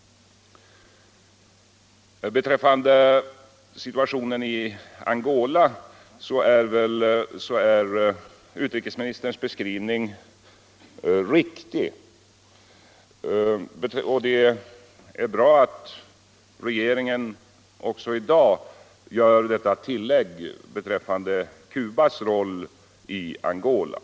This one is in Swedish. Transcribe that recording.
Vad angår situationen i Angola är utrikesministerns beskrivning riktig, och det är bra att regeringen i dag också gör detta tillägg när det gäller Cubas roll i Angola.